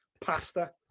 pasta